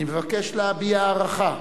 אני מבקש להביע הערכה,